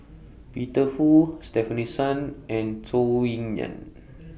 Peter Fu Stefanie Sun and Zhou Ying NAN